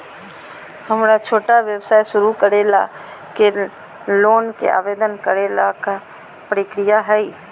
हमरा छोटा व्यवसाय शुरू करे ला के लोन के आवेदन करे ल का प्रक्रिया हई?